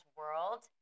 world